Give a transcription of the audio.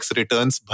returns